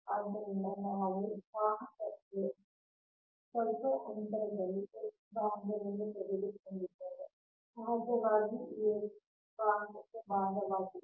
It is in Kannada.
ಆದ್ದರಿಂದ ನಾವು ವಾಹಕಕ್ಕೆ ಸ್ವಲ್ಪ ಅಂತರದಲ್ಲಿ x ಬಾಹ್ಯವನ್ನು ತೆಗೆದುಕೊಂಡಿದ್ದೇವೆ ಸಹಜವಾಗಿ ಈ x ವಾಹಕಕ್ಕೆ ಬಾಹ್ಯವಾಗಿದೆ